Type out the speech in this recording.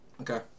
Okay